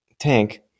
tank